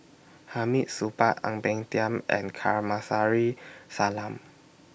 Hamid Supaat Ang Peng Tiam and Salam